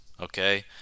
Okay